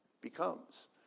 becomes